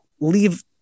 leave